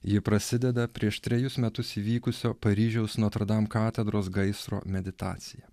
ji prasideda prieš trejus metus įvykusio paryžiaus notrdam katedros gaisro meditacija